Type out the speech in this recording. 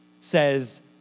says